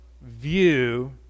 view